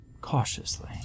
cautiously